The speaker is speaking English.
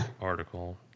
article